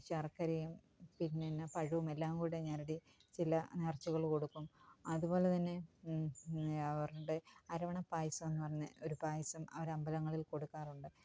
ശര്ക്കരയും പിന്നെന്നാ പഴവുമെല്ലാങ്കൂടെ ഞെരടി ചില നേര്ച്ചകള് കൊടുക്കും അതുപോലെതന്നെ അവരുടെ അരവണ പായസമെന്നു പറഞ്ഞെ ഒരു പായസം അവരമ്പലങ്ങളില് കൊടുക്കാറുണ്ട്